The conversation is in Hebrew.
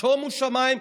שומו שמיים,